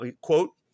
quote